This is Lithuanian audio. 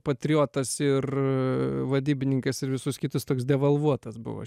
patriotas ir vadybininkas ir visus kitus toks devalvuotas buvo